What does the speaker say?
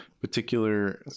particular